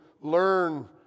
learn